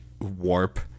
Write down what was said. warp